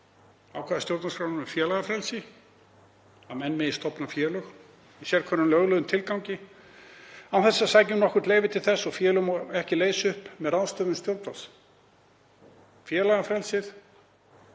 ákvæðum í stjórnarskrá um félagafrelsi, að menn megi stofna félög í sérhverjum löglegum tilgangi án þess að sækja um nokkurt leyfi til þess og félög má ekki leysa upp með ráðstöfun stjórnvalds. Félagafrelsið